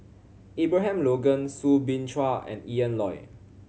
Abraham Logan Soo Bin Chua and Ian Loy